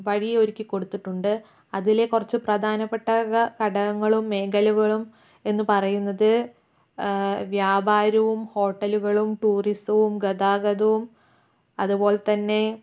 വഴിയൊരുക്കി കൊടുത്തിട്ടുണ്ട് അതിലെ കുറച്ച് പ്രധാനപ്പെട്ട ഘടകങ്ങളും മേഖലകളും എന്ന് പറയുന്നത് വ്യാപാരവും ഹോട്ടലുകളും ടൂറിസവും ഗതാഗതവും അതുപോലെ തന്നെ